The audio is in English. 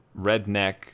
redneck